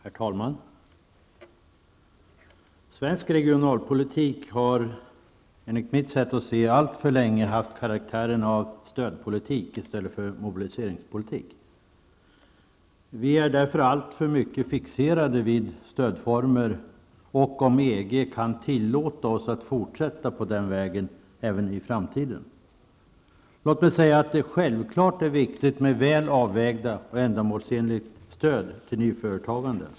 Herr talman! Svensk regionalpolitik har alltför länge haft karaktären av stödpolitik i stället för mobiliseringspolitik. Vi är därför alltför mycket fixerade vid stödformer och vid om EG kan tillåta oss att fortsätta på den vägen även i framtiden. Låt mig säga att det självklart är viktigt med väl avvägt och ändamålsenligt stöd till nyföretagande.